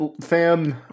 fam